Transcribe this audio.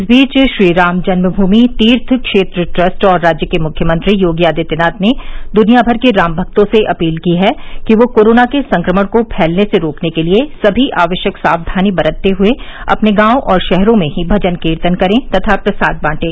इस बीच Shriram Janmabhoomi Teerth Kshetra trust और राज्य के मुख्यमंत्री योगी आदित्यनाथ ने दुनियाभर के राम भक्तों से अपील की है कि वे कोरोना के संक्रमण को फैलने से रोकने के लिए समी आवश्यक सावधानी बरतते हुए अपने गांवों और शहरों में ही भजन कीर्तन करें तथा प्रसाद बांटें